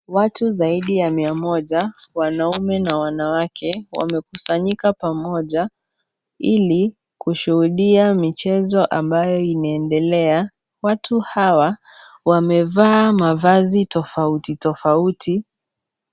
Watu zaidi ya mia moja, wanaume na wanawake, wamekusanyika pamoja, ili kushuhudia michezo ambayo inaendelea. Watu hawa, wamevaa mavazi tofauti tofauti.